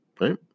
right